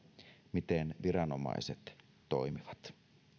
miten viranomaiset toimivat